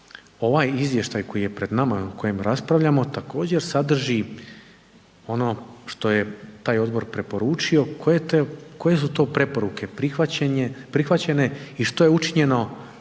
ovaj izvještaj koji je pred nama o kojem raspravljamo također sadrži ono što je taj odbor preporučio, koje su to preporuke prihvaćene i što je učinjeno po